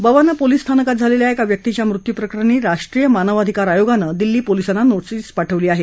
Bawana police स्थानकात झालेल्या एका व्यक्तीच्या मृत्यूप्रकरणी राष्ट्रीय मानवाधिकार आयोगानं दिल्ली पोलिसांना नोटीस पाठवली आहे